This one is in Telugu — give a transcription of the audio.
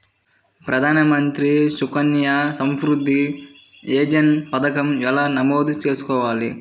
ప్రధాన మంత్రి సుకన్య సంవృద్ధి యోజన పథకం ఎలా నమోదు చేసుకోవాలీ?